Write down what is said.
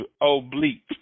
Oblique